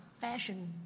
fashion